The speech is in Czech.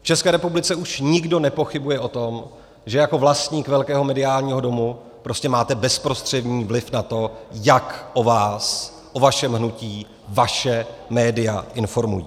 V České republice už nikdo nepochybuje o tom, že jako vlastník velkého mediálního domu prostě máte bezprostřední vliv na to, jak o vás, o vašem hnutí, vaše média informují.